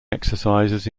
exercises